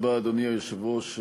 אדוני היושב-ראש,